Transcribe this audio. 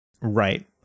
right